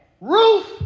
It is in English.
Ruth